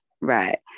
Right